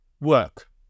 work